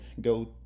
go